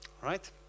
Right